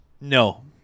No